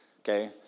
okay